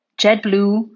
JetBlue